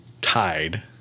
tied